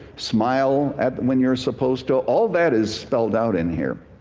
smile at when you're supposed to. all that is spelled out in here.